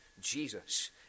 Jesus